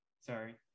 Sorry